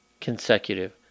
consecutive